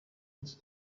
iki